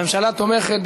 הממשלה תומכת.